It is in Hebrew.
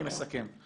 אני מסכם.